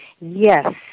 Yes